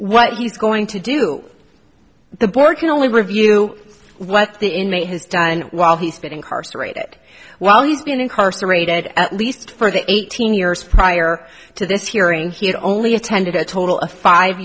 what he's going to do the board can only review what the inmate has done and while he's been incarcerated while he's been incarcerated at least for the eighteen years prior to this hearing he had only attended a total of five